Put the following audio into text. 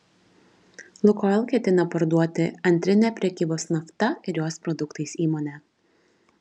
lukoil ketina parduoti antrinę prekybos nafta ir jos produktais įmonę